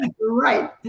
Right